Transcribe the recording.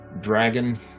Dragon